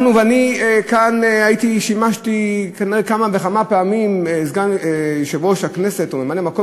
אני כאן שימשתי כמה וכמה פעמים סגן יושב-ראש הכנסת או ממלא-מקום